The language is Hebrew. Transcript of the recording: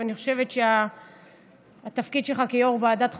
אני חושבת שהתפקיד שלך כיו"ר ועדת חוקה,